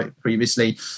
previously